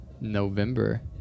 November